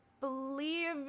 believe